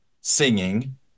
singing